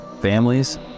families